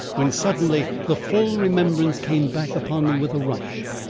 when suddenly the full remembrance came back upon me with a rush.